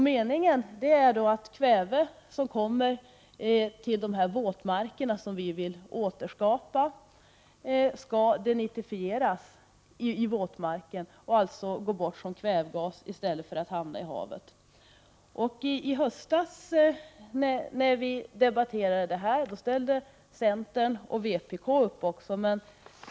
Meningen är att kväve som kommer till våtmarkerna, som vi vill återskapa, skall denitrifieras i våtmarken och alltså gå bort som kvävegas i stället för att gå direkt ut i havet. När vi debatterade detta i höstas ställde centern och vpk upp.